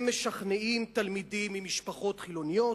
הם משכנעים תלמידים ממשפחות חילוניות